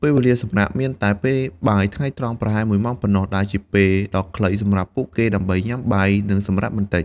ពេលវេលាសម្រាកមានតែពេលបាយថ្ងៃត្រង់ប្រហែលមួយម៉ោងប៉ុណ្ណោះ ដែលជាពេលដ៏ខ្លីសម្រាប់ពួកគេដើម្បីញ៉ាំបាយ និងសម្រាកបន្តិច។